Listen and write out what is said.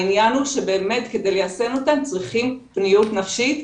העניין הוא שבאמת כדי ליישם אותן צריכים פניות נפשית,